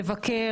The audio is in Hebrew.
'לבקר'?